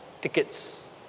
tickets